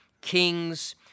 kings